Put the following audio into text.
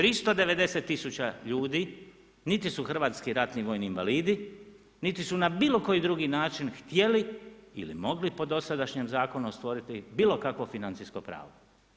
390 tisuća ljudi niti su hrvatski ratni vojni invalidi, niti su na bilo koji drugi način htjeli ili mogli po dosadašnjem zakonu stvoriti bilo kakvo financijsko pravo.